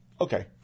Okay